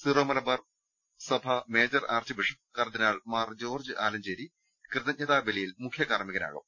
Syro Malabar സഭാ major archbishop കർദ്ദിനാൾ Mar George Alencherry കൃതജ്ഞതാ ബലിയിൽ മുഖ്യ കാർമ്മികനാ കും